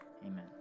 Amen